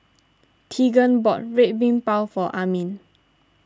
Teagan bought Red Bean Bao for Amin